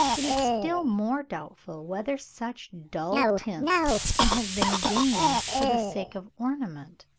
it is still more doubtful whether such dull tints can have been gained for the sake of ornament.